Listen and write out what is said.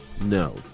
no